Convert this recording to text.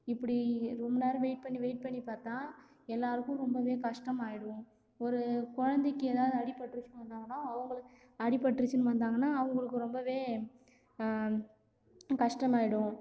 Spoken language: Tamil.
இப்படி ரொம்ப நேரம் வெயிட் பண்ணி வெயிட் பண்ணி பார்த்தா எல்லாருக்கும் ரொம்பவே கஷ்டமாயிடும் ஒரு குழந்தைக்கு ஏதாவது அடிப்பட்டுருச்சுனு வந்தாங்கன்னால் அவங்களுக்கு அடிப்பட்டுருச்சுனு வந்தாங்கன்னால் அவங்களுக்கு ரொம்பவே கஷ்டமாயிடும்